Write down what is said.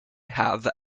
have